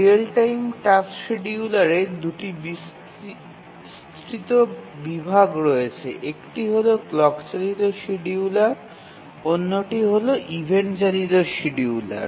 real time task শিডিয়ুলারের দুটি বিস্তৃত বিভাগ রয়েছে একটি হল ক্লক চালিত শিডিয়ুলার এবং অন্যটি হল ইভেন্ট চালিত শিডিয়ুলার